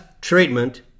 treatment